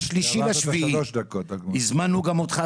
ב-3 ביולי הזמנו אותך,